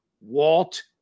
Walt